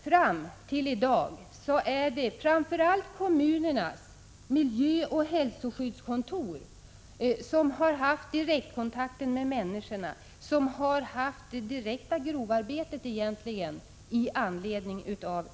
Fram till i dag har det framför allt varit kommunernas miljöoch hälsoskyddskontor som haft direktkontakten med människorna och som har gjort det direkta grovarbetet med anledning av Tjernobylolyckan.